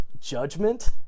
judgment